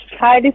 Hi